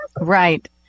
Right